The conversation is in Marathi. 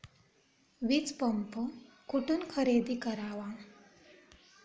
वीजपंप कुठून खरेदी करावा?